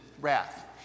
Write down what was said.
wrath